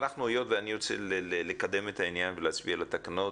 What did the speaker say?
היות ואני רוצה לקדם את העניין ולהצביע על התקנות,